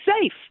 safe